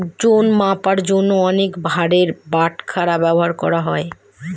ওজন মাপার জন্য অনেক ভারের বাটখারা ব্যবহার করা হয়